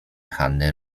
hanny